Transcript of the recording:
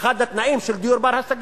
אחד התנאים של דיור בר-השגה,